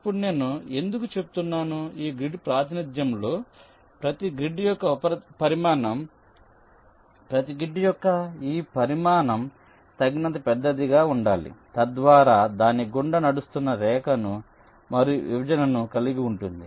ఇప్పుడు నేను ఎందుకు చెప్తున్నాను ఈ గ్రిడ్ ప్రాతినిధ్యంలో ప్రతి గ్రిడ్ యొక్క పరిమాణం ప్రతి గ్రిడ్ యొక్క ఈ పరిమాణం తగినంత పెద్దదిగా ఉండాలి తద్వారా దాని గుండా నడుస్తున్న రేఖను మరియు విభజనను కలిగి ఉంటుంది